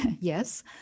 yes